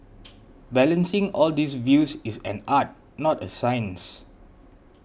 balancing all these views is an art not a science